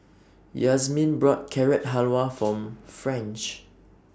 Yazmin bought Carrot Halwa For French